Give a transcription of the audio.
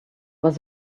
was